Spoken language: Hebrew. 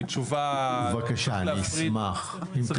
בבקשה, אני אשמח.